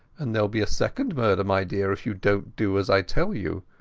and thereall be a second murder, my dear, if you donat do as i tell you.